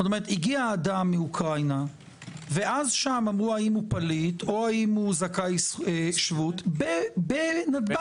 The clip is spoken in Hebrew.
הגיע אדם מאוקראינה ושם אמרו האם הוא פליט או זכאי שבות בנתב"ג.